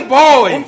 boy